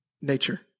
nature